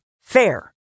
fair